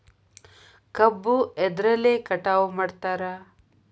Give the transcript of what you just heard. ಕಬ್ಬು ಎದ್ರಲೆ ಕಟಾವು ಮಾಡ್ತಾರ್?